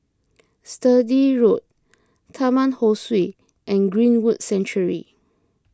Sturdee Road Taman Ho Swee and Greenwood Sanctuary